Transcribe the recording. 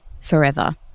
forever